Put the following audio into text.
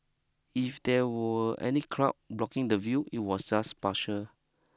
if there were any cloud blocking the view it was just partial